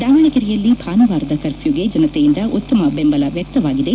ದಾವಣಗೆರೆಯಲ್ಲಿ ಭಾನುವಾರದ ಕಫ್ರೊಗೆ ಜನತೆಯಿಂದ ಉತ್ತಮ ಬೆಂಬಲ ವ್ಯಕ್ತವಾಗಿದೆ